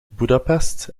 budapest